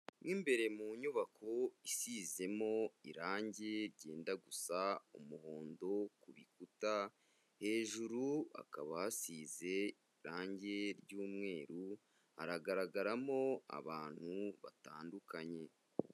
Mo imbere mu nyubako isizemo irangi ryenda gusa umuhondo ku bikuta, hejuru hakaba hasize irangi ry'umweru, haragaragaramo abantu batandukanye.